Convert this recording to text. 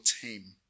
team